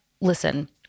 listen